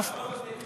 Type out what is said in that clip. אף, כמה בתי-כנסת?